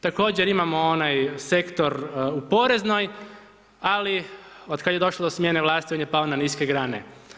Također imamo onaj sektor u poreznoj, ali od kad je došlo do smjene vlasti, on je pao na niske grane.